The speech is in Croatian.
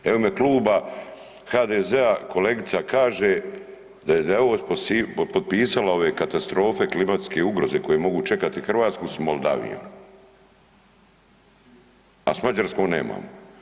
Evo u ime kluba HDZ-a kolegica kaže da je potpisala ove katastrofe klimatske, ugroze koje mogu čekati Hrvatsku s Moldavijom a s mađarskom nemamo.